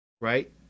Right